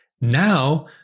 Now